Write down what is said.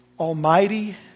Almighty